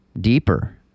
deeper